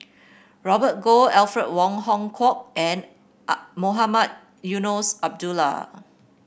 Robert Goh Alfred Wong Hong Kwok and Mohamed Eunos Abdullah